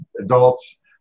adults